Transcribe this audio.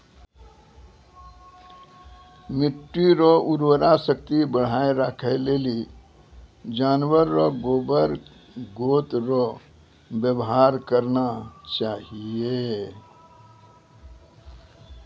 मिट्टी रो उर्वरा शक्ति बढ़ाएं राखै लेली जानवर रो गोबर गोत रो वेवहार करना चाहियो